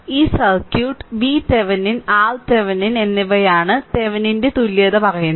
ഈ circuit vThevenin RThevenin എന്നിവയാണെന്ന് തെവെനിന്റെ തുല്യത പറയുന്നു